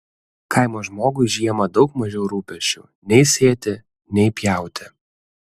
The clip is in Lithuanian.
kaimo žmogui žiemą daug mažiau rūpesčių nei sėti nei pjauti